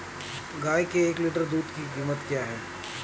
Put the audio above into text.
गाय के एक लीटर दूध की कीमत क्या है?